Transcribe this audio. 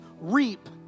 reap